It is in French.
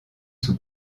sous